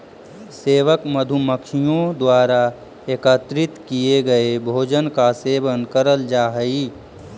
सेवक मधुमक्खियों द्वारा एकत्रित किए गए भोजन का सेवन करल जा हई